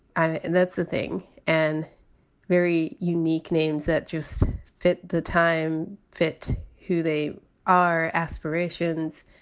and that's the thing and very unique names that just fit the time, fit who they are, aspirations.